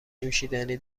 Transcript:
نوشیدنی